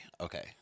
Okay